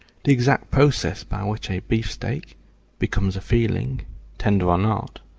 the exact process by which a beefsteak becomes a feeling tender or not,